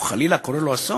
או חלילה קורה לו אסון?